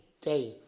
day